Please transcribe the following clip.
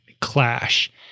clash